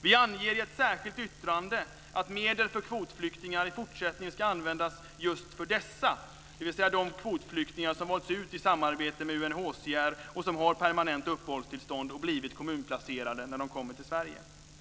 Vi anger i ett särskilt yttrande att medel för kvotflyktingar i fortsättningen ska användas just för dessa, dvs. de kvotflyktingar som valts ut i samarbete med UNHCR och som har permanent uppehållstillstånd och blivit kommunplacerade när de kommit till Sverige.